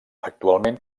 actualment